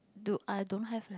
do I don't have leh